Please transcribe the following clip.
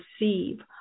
receive